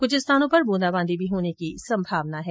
कुछ स्थानों पर बूंदाबांदी भी होने की संभावना है